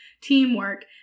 teamwork